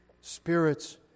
Spirit's